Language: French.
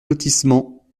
lotissement